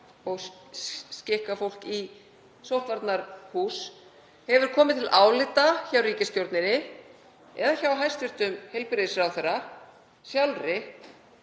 og skikka fólk í sóttvarnahús. Hefur komið til álita hjá ríkisstjórninni eða hjá hæstv. heilbrigðisráðherra sjálfri,